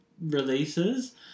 releases